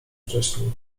wcześniej